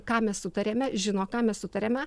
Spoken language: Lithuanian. ką mes sutarėme žino ką mes sutarėme